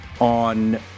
on